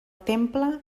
temple